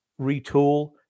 retool